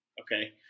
Okay